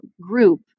group